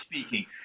speaking